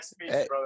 Hey